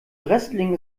wrestling